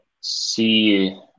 see